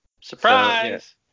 Surprise